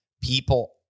People